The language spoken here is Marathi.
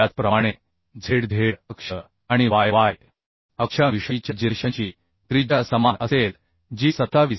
त्याचप्रमाणे z z अक्ष आणि y y अक्षांविषयीच्या जिरेशनची त्रिज्या समान असेल जी 27